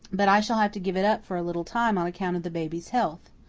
but i shall have to give it up for a little time on account of the baby's health.